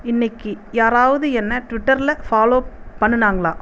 இன்னைக்கு யாராவது என்னை ட்விட்டரில் ஃபாலோ பண்ணினாங்களா